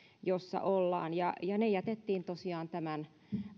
jossa ollaan ja ja ne jätettiin tosiaan tämän